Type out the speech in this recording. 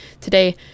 today